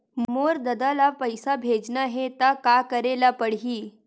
मोर ददा ल पईसा भेजना हे त का करे ल पड़हि?